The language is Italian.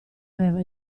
aveva